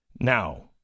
Now